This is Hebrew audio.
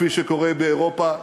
כפי שקורה באירופה,